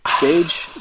Gage